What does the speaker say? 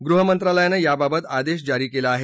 गृह मंत्रालयानं याबाबत आदेश जारी केला आहे